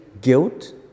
guilt